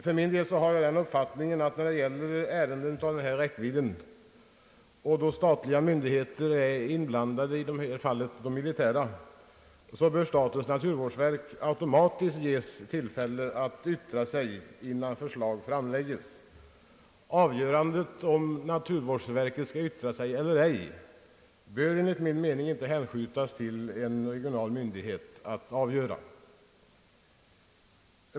Pör min del har jag den uppfattningen att i ärenden av denna räckvidd, vari statliga myndigheter är inblandade — i detta fall de militära — bör statens naturvårdsverk automatiskt ges tillfälle att yttra sig innan förslag framlägges. Avgörandet om naturvårdsverket skall yttra sig eller ej bör enligt min mening inte hänskjutas till en regional myndighet.